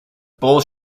bowl